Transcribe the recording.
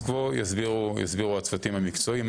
סטטוס קוו יסבירו הצוותים המקצועיים.